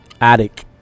Attic